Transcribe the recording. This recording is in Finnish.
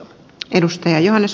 arvoisa puhemies